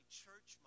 church